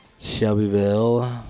Shelbyville